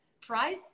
Price